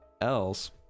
else